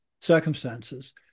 circumstances